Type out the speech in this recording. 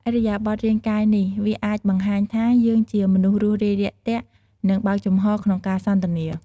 ឥរិយាបថរាងកាយនេះ វាអាចបង្ហាញថាយើងជាមនុស្សរួសរាយរាក់ទាក់ និង បើកចំហក្នុងការសន្ទនា។